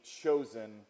chosen